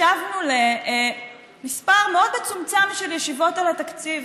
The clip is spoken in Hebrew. ישבנו למספר מאוד מצומצם של ישיבות על התקציב.